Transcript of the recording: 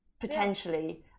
potentially